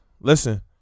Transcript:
listen